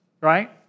Right